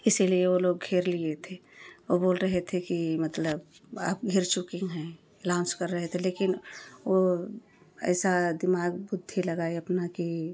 इसलिए वह लोग घेर लिए थे और बोल रहे थे कि मतलब आप घिर चुके हैं एलाउंस कर रहे थे लेकिन वह ऐसा दिमाग बुद्धि लगाए अपना कि